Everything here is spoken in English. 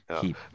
keep